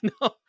No